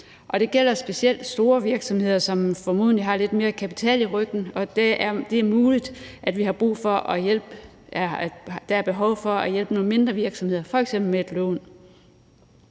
det gælder specielt store virksomheder, som formodentlig har lidt mere kapital i ryggen. Det er muligt, at der er behov for at hjælpe nogle mindre virksomheder, f.eks. med et lån,